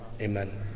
Amen